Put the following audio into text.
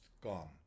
gone